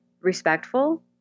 respectful